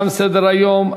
תם סדר-היום.